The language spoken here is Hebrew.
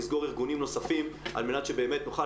לסגור ארגונים נוספים על מנת שבאמת נוכל